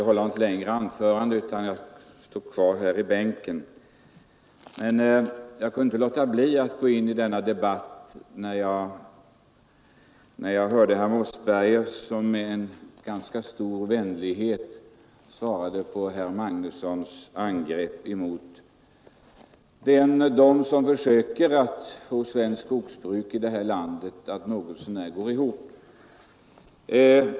Herr talman! Jag kunde inte låta bli att ta till orda i denna debatt när jag hörde herr Mossberger, som med ganska stor vänlighet svarade på herr Magnussons i Kristinehamn angrepp på dem som försöker att få svenskt skogsbruk att något så när gå ihop.